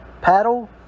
Paddle